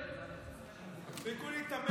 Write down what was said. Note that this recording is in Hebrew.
תפסיקו להיתמם,